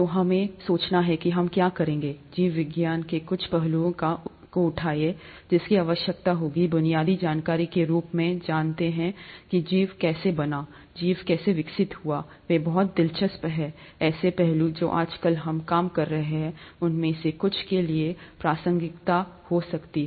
तो हमने सोचा कि हम क्या करेंगे जीव विज्ञान के कुछ पहलुओं को उठाएगा जिसकी आवश्यकता होगी बुनियादी जानकारी के रूप में जानते हैं कि जीवन कैसे बना जीवन कैसे विकसित हुआ वे बहुत दिलचस्प हैं ऐसे पहलू जो आजकल हम काम कर रहे हैं उनमें से कुछ के लिए प्रासंगिकता हो सकती है